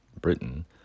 britain